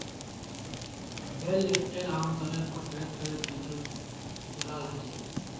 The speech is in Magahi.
बेल लिफ्टर आमतौरेर पर ट्रैक्टरेर पीछू स जुराल ह छेक